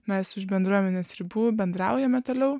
mes už bendruomenės ribų bendraujame toliau